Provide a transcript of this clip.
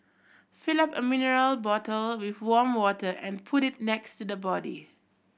fill up a mineral bottle with warm water and put it next to the body